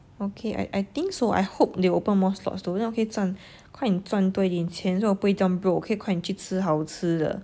okay I I think so I hope they open more slots though then 我可以赚快点赚多一点钱 so 我不会这样 broke 我可以快点去吃好吃的